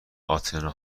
اتنا